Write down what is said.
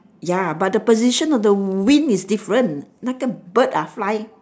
ya but the position of the wing is different 那个 bird ah fly